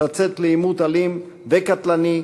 לצאת לעימות אלים וקטלני,